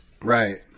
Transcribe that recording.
Right